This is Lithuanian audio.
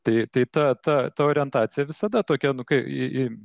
tai tai ta ta ta orientacija visada tokia nu kai į į